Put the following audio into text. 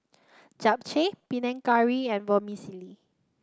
Japchae Panang Curry and Vermicelli